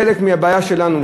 חלק מהבעיה שלנו,